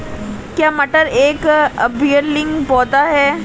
क्या मटर एक उभयलिंगी पौधा है?